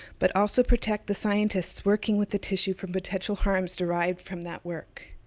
but also protect the scientist working with the tissue from potential harms derived from that work.